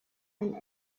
and